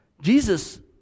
Jesus